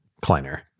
Kleiner